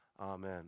Amen